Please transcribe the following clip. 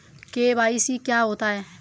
KYC क्या होता है?